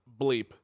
bleep